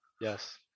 Yes